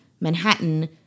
Manhattan